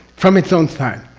from its own side.